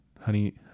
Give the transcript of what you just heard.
Honey